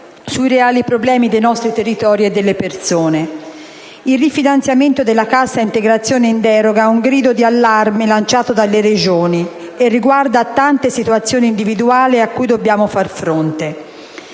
Il rifinanziamento della cassa integrazione in deroga è un grido di allarme lanciato dalle Regioni e riguarda tante situazioni individuali a cui dobbiamo far fronte.